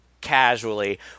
casually